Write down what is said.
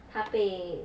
他被